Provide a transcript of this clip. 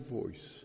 voice